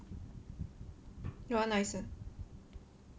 you want nice 的